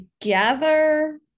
together